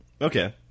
Okay